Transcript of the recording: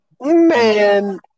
Man